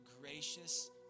gracious